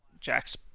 Jack's